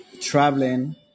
traveling